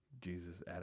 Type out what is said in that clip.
Jesus